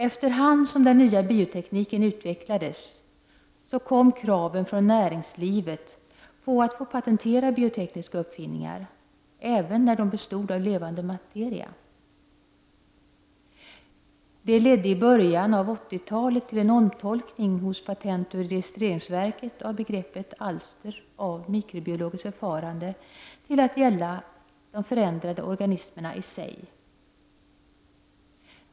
Efter hand som den nya biotekniken utvecklades kom kraven från näringslivet på att få patentera biotekniska uppfinningar även när de bestod av levande materia. Det ledde i början av 80-talet till en omtolkning hos Patentoch registreringsverket av begreppet alster av mikrobiologiskt förfarande till att gälla de förändrade organismerna i sig.